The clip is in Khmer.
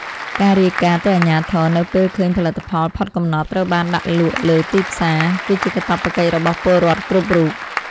ការរាយការណ៍ទៅអាជ្ញាធរនៅពេលឃើញផលិតផលផុតកំណត់ត្រូវបានដាក់លក់លើទីផ្សារ គឺជាកាតព្វកិច្ចរបស់ពលរដ្ឋគ្រប់រូប។